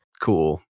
cool